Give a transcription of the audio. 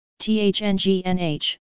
THNGNH